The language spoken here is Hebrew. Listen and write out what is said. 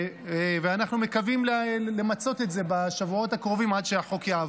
ואנחנו מקווים למצות את זה בשבועות הקרובים עד שהחוק יעבור.